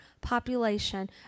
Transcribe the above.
population